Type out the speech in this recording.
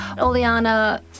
Oleana